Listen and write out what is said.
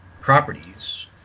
properties